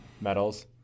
medals